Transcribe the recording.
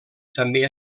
també